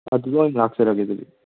ꯑꯗꯨ ꯑꯣꯏꯅ ꯂꯥꯛꯆꯔꯒꯦ ꯑꯗꯨꯗꯤ